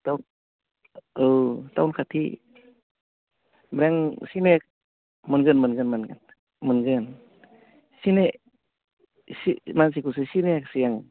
town औ town खाथि ओमफ्राय आं सिनाय मोनगोन मोनगोन मोनगोन मोनगोन मानसिखौसो सिनायाख्सै आं